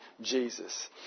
Jesus